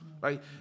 right